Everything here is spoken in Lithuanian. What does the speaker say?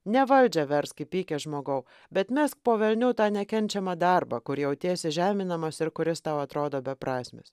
ne valdžią versk įpykęs žmogau bet mesk po velnių tą nekenčiamą darbą kur jautiesi žeminamas ir kuris tau atrodo beprasmis